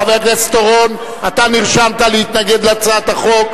חבר הכנסת אורון, אתה נרשמת להתנגד להצעת החוק.